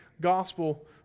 Gospel